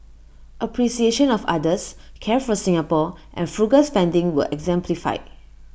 appreciation of others care for Singapore and frugal spending were exemplified